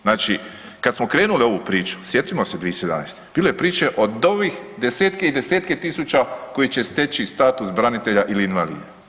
Znači kad smo krenuli u ovu priču, sjetimo se 2017. bilo je priče od ovih desetke i desetke tisuća koji će steći status branitelja ili invalida.